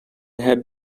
had